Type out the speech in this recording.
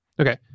Okay